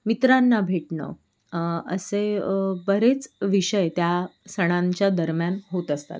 मित्रांना भेटणं असे बरेच विषय त्या सणांच्या दरम्यान होत असतात